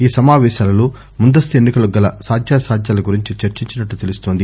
ఈ సమాపేశాలలో ముందస్తు ఎన్ని కలకు గల సాధ్యాసాధ్యాల గురించి చర్చించినట్లు తెలుస్తోంది